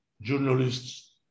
journalists